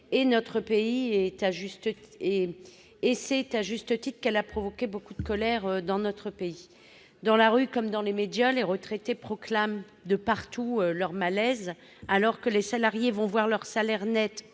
C'est à juste titre qu'elle a provoqué beaucoup de colère dans notre pays. Dans la rue comme dans les médias, les retraités proclament partout leur malaise. Alors que les salariés vont voir leur salaire net